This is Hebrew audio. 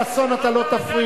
חבר הכנסת חסון, אתה לא תפריע.